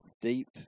deep